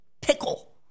pickle